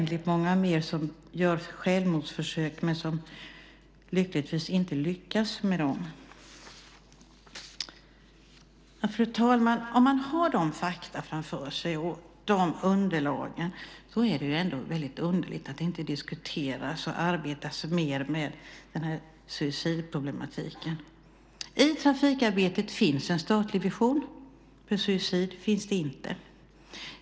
De som gör självmordsförsök och lyckligtvis inte lyckas är så många fler. Fru talman! Om man har dessa fakta och de underlagen framför sig är det väldigt underligt att det inte diskuteras och arbetas mer med suicidproblematiken. I trafikarbetet finns en statlig vision. För suicid finns det inte.